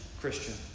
Christian